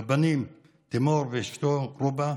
לבנים תימור ואשתו רובא,